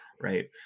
right